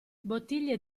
bottiglie